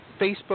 Facebook